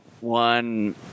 one